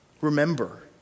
Remember